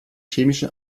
chemische